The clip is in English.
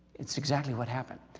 it's exactly what happened.